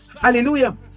Hallelujah